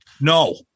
No